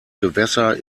gewässer